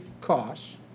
costs